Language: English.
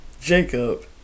Jacob